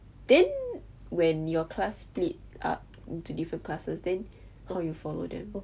then when your class split up into different classes then how you follow them